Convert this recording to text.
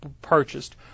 purchased